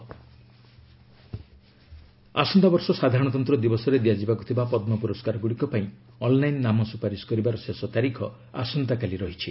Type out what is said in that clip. ପଦ୍ମ award nomination ଆସନ୍ତାବର୍ଷ ସାଧାରଣତନ୍ତ୍ର ଦିବସରେ ଦିଆଯିବାକୁ ଥିବା ପଦ୍ମ ପୁରସ୍କାର ଗୁଡ଼ିକ ପାଇଁ ଅନ୍ଲାଇନ୍ ନାମ ସୁପାରିଶ କରିବାର ଶେଷ ତାରିଖ ଆସନ୍ତାକାଲି ରହିଛି